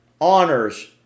honors